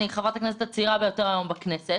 אני חברת הכנסת הצעירה ביותר היום בכנסת,